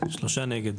3 נמנעים,